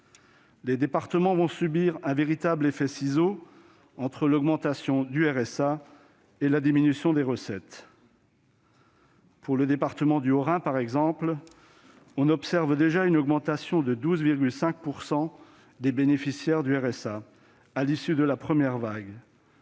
Les départements vont subir un véritable effet ciseaux entre l'augmentation du RSA et la diminution de leurs recettes. Pour le département du Haut-Rhin, on observe déjà une augmentation de 12,5 % du nombre de bénéficiaires du RSA à l'issue de la première vague,